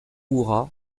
hurrah